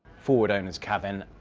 forward owner's cabin,